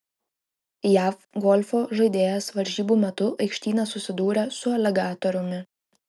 jav golfo žaidėjas varžybų metu aikštyne susidūrė su aligatoriumi